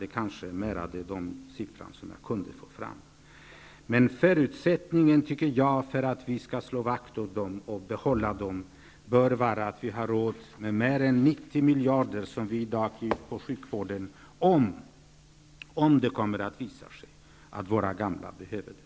Det är kanske mera, men det här är den siffra jag har kunnat få fram. Men förutsättningen för att vi skall kunna slå vakt om de gamla bör vara att vi har råd med mer än de 90 miljarder som sjukvården i dag kostar -- om det visar sig att våra gamla behöver den.